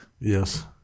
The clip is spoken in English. Yes